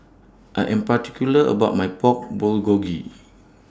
I Am particular about My Pork Bulgogi